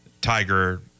Tiger